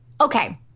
Okay